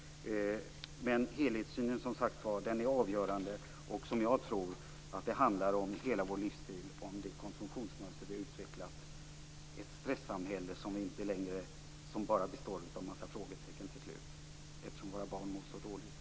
Men helhetssynen är som sagt avgörande. Jag tror att det handlar om hela vår livsstil, det konsumtionsmönster som vi har utvecklat. Det är ett stressamhälle som bara består av en massa frågetecken, eftersom våra barn mår så dåligt.